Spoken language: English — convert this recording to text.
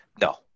No